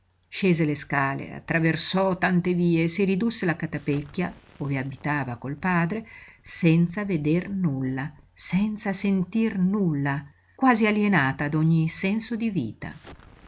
scese le scale attraversò tante vie e si ridusse alla catapecchia ove abitava col padre senza veder nulla senza sentir nulla quasi alienata d'ogni senso di vita